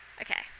Okay